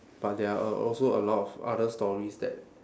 but there are also a lot of other stories that